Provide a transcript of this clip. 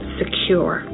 secure